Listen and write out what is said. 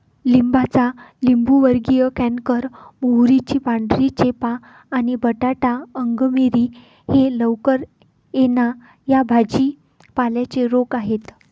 लिंबाचा लिंबूवर्गीय कॅन्कर, मोहरीची पांढरी चेपा आणि बटाटा अंगमेरी हे लवकर येणा या भाजी पाल्यांचे रोग आहेत